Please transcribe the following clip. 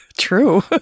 true